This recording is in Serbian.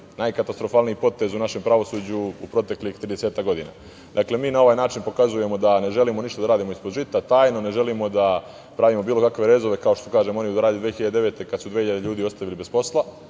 najkatastrofalniji potez u našem pravosuđu u proteklih 30 godina. Dakle, mi na ovaj način pokazujemo da ne želimo ništa da radimo ispod žita, tajno. Ne želimo da pravimo bilo kakve rezove kao što su oni radili od 2009. godine, kada su dve hiljade ljudi ostavili bez posla,